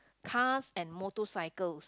cars and motorcycles